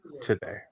today